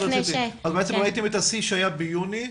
בעצם ראיתם את השיא שהיה ביוני,